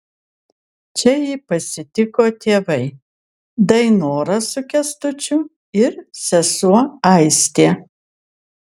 čia jį pasitiko tėvai dainora su kęstučiu ir sesuo aistė